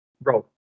bro